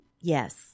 yes